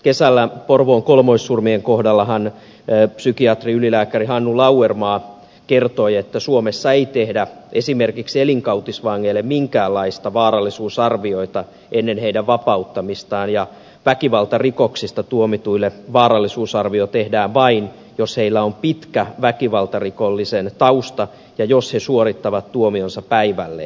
kesällä porvoon kolmoissurmien kohdallahan psykiatri ylilääkäri hannu lauerma kertoi että suomessa ei tehdä esimerkiksi elinkautisvangeille minkäänlaista vaarallisuusarviointia ennen heidän vapauttamistaan ja väkivaltarikoksista tuomituille vaarallisuusarvio tehdään vain jos heillä on pitkä väkivaltarikollisen tausta ja jos he suorittavat tuomionsa päivälleen